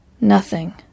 Nothing